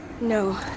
no